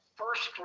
first